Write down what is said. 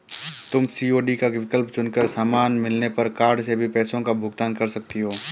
तुम सी.ओ.डी का विकल्प चुन कर सामान मिलने पर कार्ड से भी पैसों का भुगतान कर सकती हो